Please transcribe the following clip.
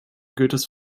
goethes